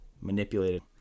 manipulated